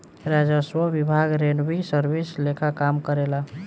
राजस्व विभाग revenue service लेखा काम करेला